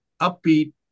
upbeat